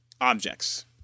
objects